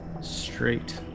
straight